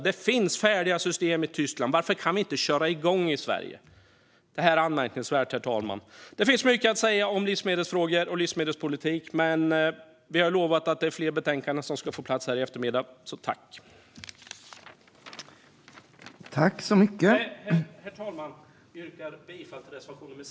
Det finns färdiga system i Tyskland - varför kan vi inte köra igång i Sverige? Detta är anmärkningsvärt, herr talman. Det finns mycket att säga om livsmedelsfrågor och livsmedelspolitik, men vi har ju lovat att fler betänkanden ska få plats här i eftermiddag. Jag yrkar bifall till reservation 5.